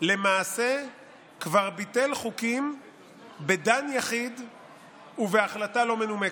למעשה כבר ביטל חוקים בדן יחיד ובהחלטה לא מנומקת.